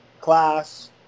class